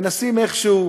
מנסים איכשהו